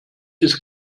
ist